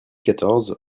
quatorze